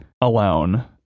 alone